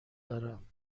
دارم